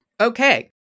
Okay